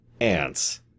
Ants